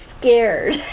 scared